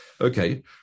Okay